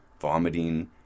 vomiting